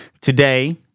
Today